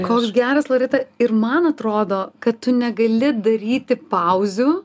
koks geras loreta ir man atrodo kad tu negali daryti pauzių